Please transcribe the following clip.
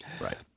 Right